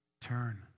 turn